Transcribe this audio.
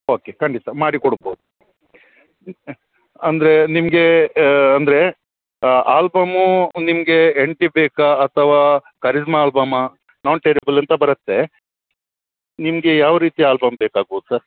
okay ಖಂಡಿತ ಮಾಡಿ ಕೊಡ್ಬೌದು ಅಂದರೇ ನಿಮ್ಗೆ ಅಂದರೆ ಆಲ್ಬಮೂ ನಿಮ್ಗೆ ಎನ್ ಟಿ ಬೇಕಾ ಅಥವಾ ಕರೀಸ್ಮಾ ಆಲ್ಬಮಾ ನಾನ್ ಟೇರಿಬಲ್ ಅಂತ ಬರುತ್ತೆ ನಿಮಗೆ ಯಾವ ರೀತಿ ಆಲ್ಬಮ್ ಬೇಕಾಗ್ಬೋದು ಸಾರ್